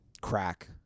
crack